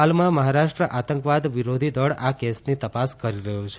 હાલમાં મહારાષ્ટ્ર આતંકવાદ વિરોધી દળ આ કેસની તપાસ કરી રહ્યું છે